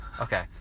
Okay